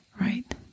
Right